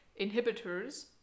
inhibitors